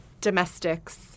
domestics